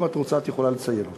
אם את רוצה, את יכולה לציין אותם.